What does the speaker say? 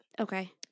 Okay